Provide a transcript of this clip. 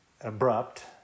abrupt